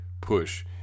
push